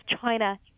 China